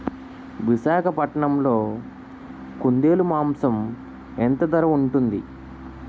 విశాఖపట్నంలో కుందేలు మాంసం ఎంత ధర ఉంటుంది?